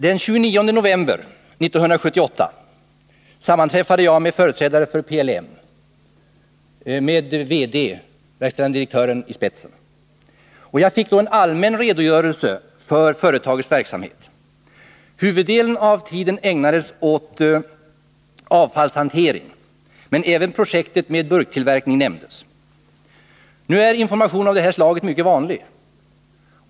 Den 29 november 1978 sammanträffade jag med företrädare för PLM, med verkställande direktören i spetsen. Jag fick då en allmän redogörelse för företagets verksamhet. Huvuddelen av tiden ägnades åt frågan om avfallshantering, men även projektet med burktillverkning nämndes. Information av detta slag är mycket vanlig.